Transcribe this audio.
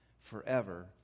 forever